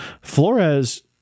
Flores